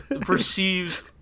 perceives